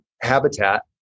habitat